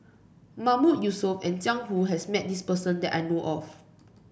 Mahmood Yusof and Jiang Hu has met this person that I know of